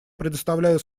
предоставляю